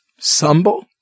sumble